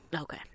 Okay